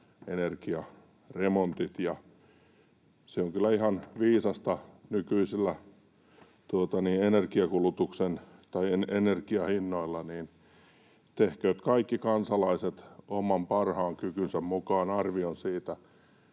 energiaremontit. Se on kyllä ihan viisasta nykyisillä energiahinnoilla. Tehkööt kaikki kansalaiset oman parhaan kykynsä mukaan arvion siitä,